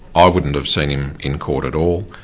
i wouldn't have seen him in court at all,